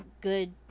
good